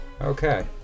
Okay